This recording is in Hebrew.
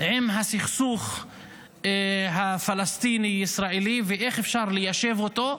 עם הסכסוך הפלסטיני ישראלי ואיך אפשר ליישב אותו.